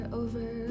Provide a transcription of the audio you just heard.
over